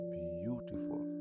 beautiful